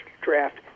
draft